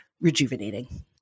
rejuvenating